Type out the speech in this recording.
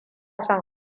son